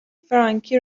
فرانکی